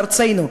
בארצנו,